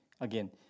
Again